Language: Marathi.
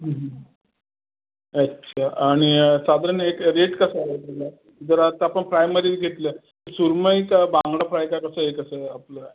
अच्छा आणि साधारण एक रेट कसा आहे इथला जर आत्ता आपण फ्रायमध्ये घेतलं तर सुरमई का बांगडा फ्राय का कसं आहे कसं आपलं